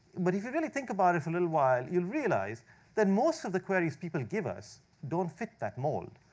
but if you really think about it for a little while, you'll realize that most of the queries people give us don't fit that mold.